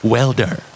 Welder